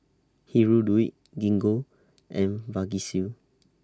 Hirudoid Gingko and Vagisil